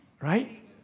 Right